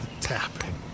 tapping